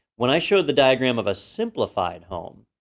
when i showed the diagram of a simplified home,